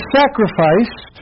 sacrificed